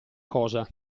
cosa